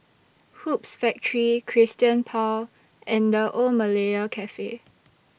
Hoops Factory Christian Paul and The Old Malaya Cafe